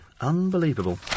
Unbelievable